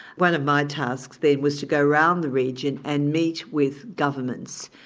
one of my tasks then was to go around the region and meet with governments,